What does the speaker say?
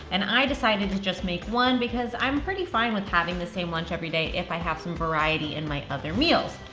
and i decided to just make one because i'm pretty fine with having the same lunch every day if i have some variety in my other meals.